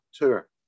tour